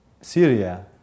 Syria